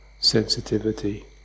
sensitivity